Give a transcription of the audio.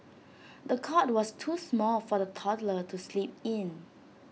the cot was too small for the toddler to sleep in